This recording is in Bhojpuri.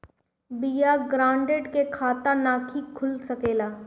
बिना गारंटर के खाता नाहीं खुल सकेला?